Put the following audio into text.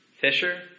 Fisher